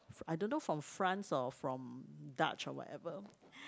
I don't know from France or from Dutch or whatever